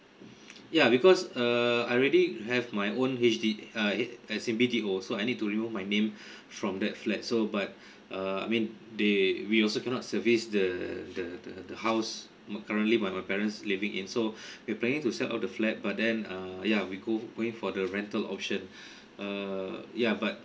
yeah because err I already have my own H_D uh as in B_T_O so I need to remove my name from that flat so but uh I mean they we also cannot service the the the house my currently my my parents living in so we planning to sell off the flat but then uh yeah we go going for the rental option err yeah but